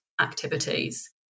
activities